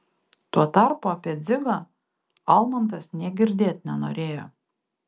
tuo tarpu apie dzigą almantas nė girdėt nenorėjo